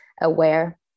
aware